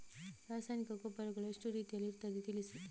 ರಾಸಾಯನಿಕ ಗೊಬ್ಬರಗಳು ಎಷ್ಟು ರೀತಿಯಲ್ಲಿ ಇರ್ತದೆ ತಿಳಿಸಿ?